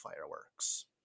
fireworks